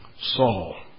Saul